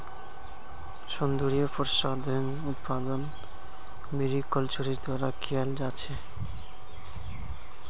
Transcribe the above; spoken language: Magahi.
सौन्दर्य प्रसाधनेर उत्पादन मैरीकल्चरेर द्वारा कियाल जा छेक